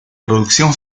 producción